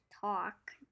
talk